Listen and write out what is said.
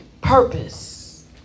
purpose